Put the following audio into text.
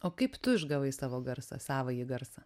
o kaip tu išgavai savo garsą savąjį garsą